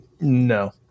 No